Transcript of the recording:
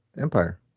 empire